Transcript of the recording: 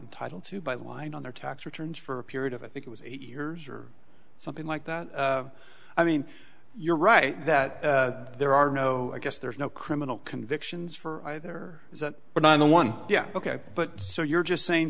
entitle to by line on their tax returns for a period of i think it was eight years or something like that i mean you're right that there are no i guess there's no criminal convictions for either but on the one yeah ok but so you're just saying